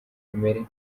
kamere